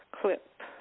Clip